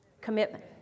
Commitment